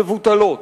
מבוטלות.